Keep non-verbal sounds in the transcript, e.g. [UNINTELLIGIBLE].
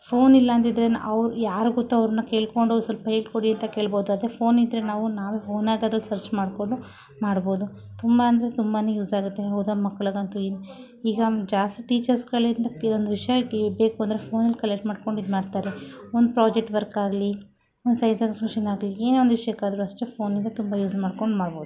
ಫೋನಿಲ್ಲ ಅಂದಿದ್ದರೆ ನಾವು ಯಾರು ಗೊತ್ತು ಅವ್ರನ್ನ ಕೇಳ್ಕೊಂಡು ಸ್ವಲ್ಪ ಹೇಳಿ ಕೊಡಿ ಅಂತ ಕೇಳ್ಬಹುದು ಆದರೆ ಫೋನಿದ್ದರೆ ನಾವು ನಾವು [UNINTELLIGIBLE] ಸರ್ಚ್ ಮಾಡಿಕೊಂಡು ಮಾಡ್ಬಹುದು ತುಂಬ ಅಂದರೆ ತುಂಬನೆ ಯೂಸ್ ಆಗುತ್ತೆ ಹೌದಾ ಮಕ್ಳಿಗಂತು ಈಗ ಜಾಸ್ತಿ ಟೀಚರ್ಸ್ [UNINTELLIGIBLE] ಒಂದು ವಿಷಯ ಬೇಕು ಅಂದರೆ ಫೋನಲ್ಲಿ ಕಲೆಕ್ಟ್ ಮಾಡ್ಕೊಂಡು ಇದು ಮಾಡ್ತಾರೆ ಒಂದು ಪ್ರಾಜೆಕ್ಟ್ ವರ್ಕ್ ಆಗಲಿ ಒಂದು ಸೈನ್ಸ್ ಎಗ್ಝಿಬಿಷನ್ ಆಗಲಿ ಏನೆ ಒಂದು ವಿಷ್ಯಕ್ಕೆ ಆದರು ಅಷ್ಟೆ ಫೋನಿಂದ ತುಂಬ ಯೂಸ್ ಮಾಡ್ಕೊಂಡು ಮಾಡ್ಬಹುದು